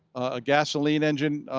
a gasoline engine,